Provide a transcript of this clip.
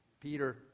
Peter